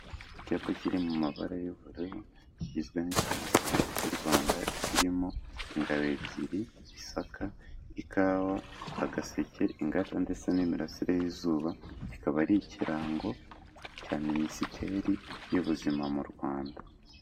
Icyapa kiri mu mabara y'ubururu, kigizwe n'ikirangantego cy'u Rwanda, kirimo ingabo ebyiri, isaka, ikawa, agaseke, ingata ndetse n'imirasire y'izuba, kikaba ari ikirango cya minisiteri y'ubuzima mu Rwanda.